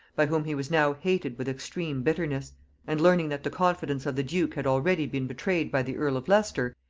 by whom he was now hated with extreme bitterness and learning that the confidence of the duke had already been betrayed by the earl of leicester,